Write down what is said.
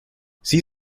sie